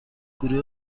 گروه